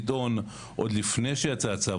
לטעון עוד לפני שיצא הצו,